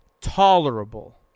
Tolerable